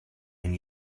and